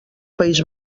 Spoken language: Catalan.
país